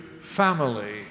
family